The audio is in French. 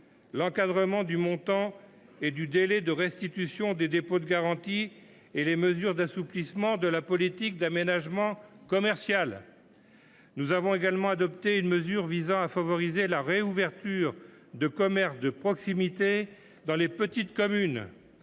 l’encadrement du montant et du délai de restitution des dépôts de garantie et les mesures d’assouplissement de la politique d’aménagement commercial. Nous avons aussi adopté une mesure favorisant la réouverture de commerces de proximité dans les petites communes,